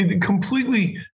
completely